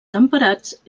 temperats